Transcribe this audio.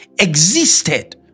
existed